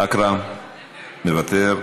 מוותר,